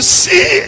see